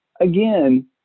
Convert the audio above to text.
again